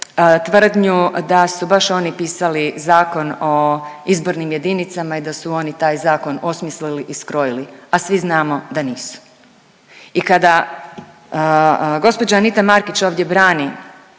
tvrdnju da su baš oni pisali Zakon o izbornim jedinicama i da su oni taj zakon osmislili i skrojili, a svi znamo da nisu. I kada gospođa Anita Markić ovdje brani